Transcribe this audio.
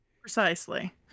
precisely